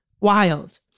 wild